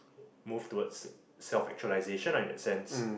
move towards self actualization lah in that sense